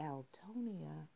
Altonia